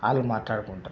వాళ్ళు మాటాడుకుంటారు